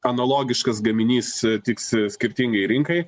analogiškas gaminys tiks skirtingai rinkai